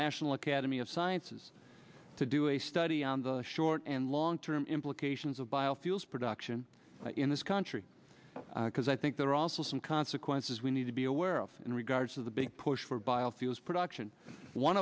national academy of sciences to do a study on the short and long term implications of biofuels production in this country because i think there are also some consequences we need to be aware of in regards to the big push for biofuels production one